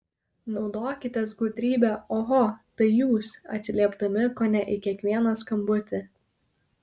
naudokitės gudrybe oho tai jūs atsiliepdami kone į kiekvieną skambutį